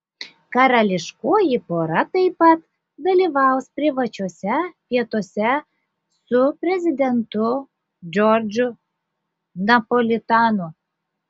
karališkoji pora taip pat dalyvaus privačiuose pietuose su prezidentu džordžu napolitanu